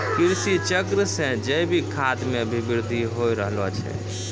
कृषि चक्र से जैविक खाद मे भी बृद्धि हो रहलो छै